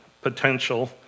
potential